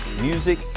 music